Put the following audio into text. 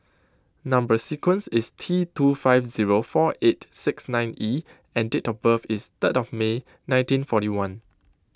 Number Sequence is T two five zero four eight six nine E and date of birth is third of May nineteen forty one